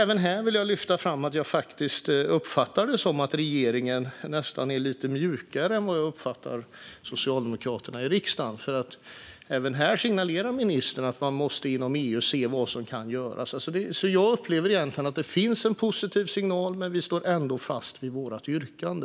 Jag vill lyfta fram att jag uppfattar det som att regeringen nästan är lite mjukare än vad Socialdemokraterna i riksdagen är, för även här signalerar ministern att man inom EU måste se vad som kan göras. Jag upplever att det finns en positiv signal, men vi står ändå fast vid vårt yrkande.